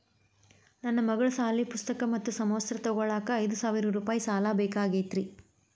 ನನ್ನ ಮಗಳ ಸಾಲಿ ಪುಸ್ತಕ್ ಮತ್ತ ಸಮವಸ್ತ್ರ ತೊಗೋಳಾಕ್ ಐದು ಸಾವಿರ ರೂಪಾಯಿ ಸಾಲ ಬೇಕಾಗೈತ್ರಿ